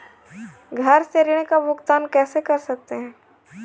घर से ऋण का भुगतान कैसे कर सकते हैं?